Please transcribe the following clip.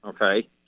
Okay